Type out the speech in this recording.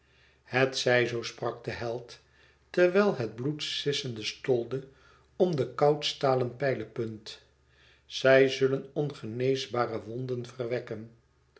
het zij zoo sprak de held terwijl het bloed sissende stolde om den koud stalen pijlepunt zij zullen ongeneesbare wonden verwekken